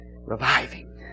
reviving